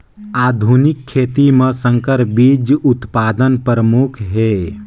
आधुनिक खेती म संकर बीज उत्पादन प्रमुख हे